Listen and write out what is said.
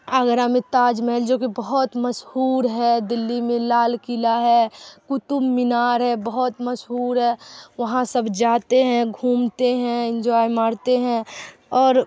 آگرہ میں تاج محل جو کہ بہت مشہور ہے دلی میں لال قلعہ ہے قطب مینار ہے بہت مشہور ہے وہاں سب جاتے ہیں گھومتے ہیں انجوائے مارتے ہیں اور